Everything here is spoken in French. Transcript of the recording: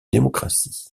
démocratie